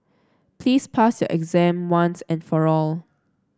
please pass your exam once and for all